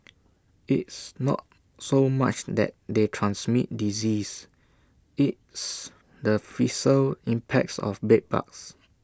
it's not so much that they transmit disease it's the fiscal impacts of bed bugs